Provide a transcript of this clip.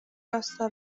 راستا